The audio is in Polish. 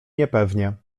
niepewnie